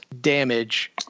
damage